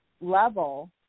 level